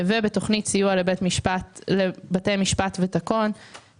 ובתוכנית סיוע לבתי משפט ותקון,